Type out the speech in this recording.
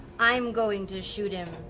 i'm going to shoot him